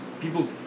people